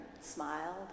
smiled